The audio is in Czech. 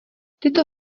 tyto